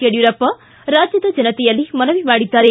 ಯಡಿಯೂರಪ್ಪ ರಾಜ್ಜದ ಜನತೆಯಲ್ಲಿ ಮನವಿ ಮಾಡಿದ್ದಾರೆ